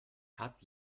hat